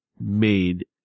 made